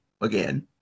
again